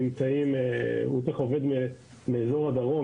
נניח שהוא צריך עובד מאזור הדרום,